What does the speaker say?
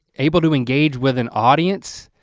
able to engage with an audience,